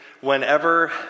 whenever